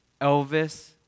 Elvis